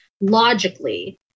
logically